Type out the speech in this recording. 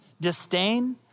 disdain